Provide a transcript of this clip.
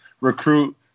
recruit